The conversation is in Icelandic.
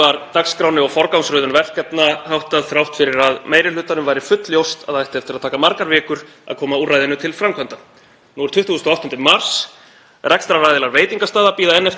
mars. Rekstraraðilar veitingastaða bíða enn eftir styrkjum sem við samþykktum lög um þann 8. febrúar og ekki hefur einu sinni verið opnað fyrir umsóknir um almennu viðspyrnustyrkina. Það er ekki einu sinni hægt að sækja um þá enn.